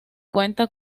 cuenta